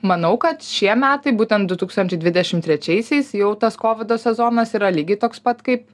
manau kad šie metai būtent du tūkstančiai dvidešim trečiaisiais jau tas kovido sezonas yra lygiai toks pat kaip